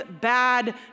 bad